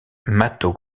mato